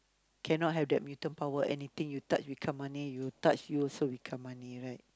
cannot have that mutant power anything you touch become money you touch you also become money right